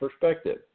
perspective